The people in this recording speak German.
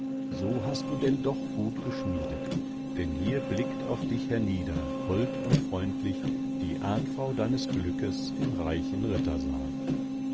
so hast du denn doch gut geschmiedet denn hier blickt auf dich hernieder hold und freundlich die ahnfrau deines glückes im reichen